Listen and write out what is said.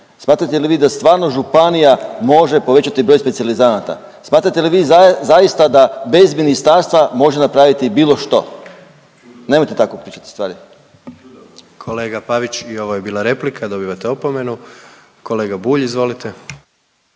Smatrate li vi da stvarno županija može povećati broj specijalizanata? Smatrate li vi zaista da bez ministarstva može napraviti bilo što? Nemojte tako pričati stvari. **Jandroković, Gordan (HDZ)** Kolega Pavić i ovo je bila replika dobivate opomenu. Kolega Bulj, izvolite.